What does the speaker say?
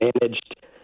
managed